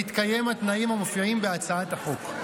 בהתקיים התנאים המופיעים בהצעת החוק.